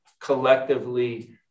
collectively